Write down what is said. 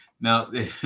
Now